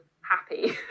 happy